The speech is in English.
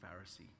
Pharisee